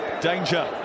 danger